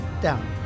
down